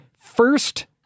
first